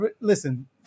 Listen